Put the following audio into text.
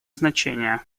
значение